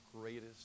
greatest